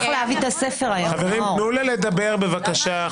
תנו לה לדבר בבקשה,